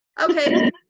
okay